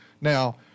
Now